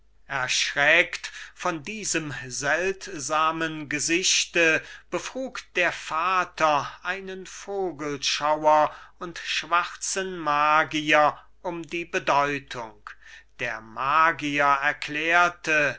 erschreckt von diesem seltsamen gesichte befrug der vater einen vogelschauer und schwarzen magier um die bedeutung der magier erklärte